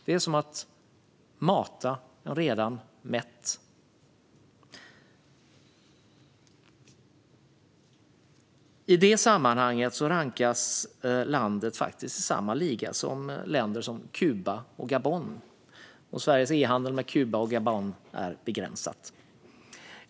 Det är som att mata en redan mätt. I det sammanhanget rankas landet faktiskt i samma liga som länder som Kuba och Gabon, och Sveriges e-handel med Kuba och Gabon är begränsad.